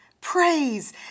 praise